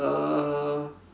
uh